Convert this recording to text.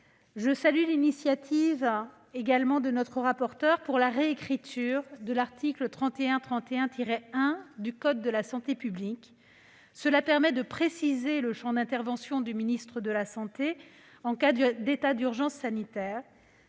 je salue l'initiative de notre rapporteur visant à réécrire l'article L. 3131-1 du code de la santé publique, ce qui permet de préciser le champ d'intervention du ministre de la santé en cas d'état d'urgence sanitaire.